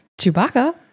Chewbacca